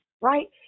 right